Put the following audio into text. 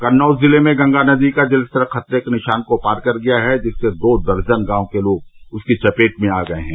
कन्नौज जिले में गंगा नदी का जलस्तर खतरे के निशान को पार कर गया है जिससे दो दर्जन गांव के लोग उसकी चपेट में आ गये हैं